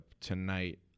tonight